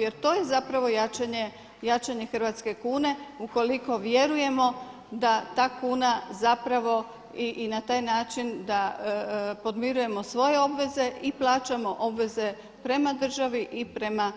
Jer to je zapravo jačanje hrvatske kune ukoliko vjerujemo da ta kuna zapravo i na taj način da podmirujemo svoje obveze i plaćamo obveze prema državi i prema